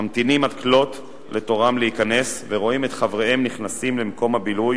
ממתינים עד כלות לתורם להיכנס ורואים את חבריהם נכנסים למקום הבילוי